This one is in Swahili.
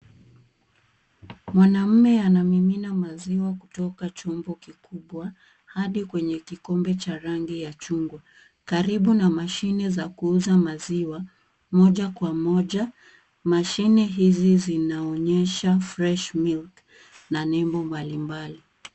Mwanaume anamimina maziwa kutoka chombo kikubwa hadi kwenye kikombe cha rangi ya chungwa karibu na mashine za kuuza maziwa moja kwa moja mashine hizi zinaonyesha fresh milk na nembo mbalimbali.